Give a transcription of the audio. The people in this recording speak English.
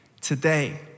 Today